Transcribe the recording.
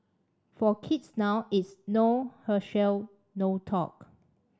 for kids now it's no Herschel no talk